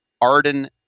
arden